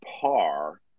par